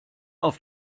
auf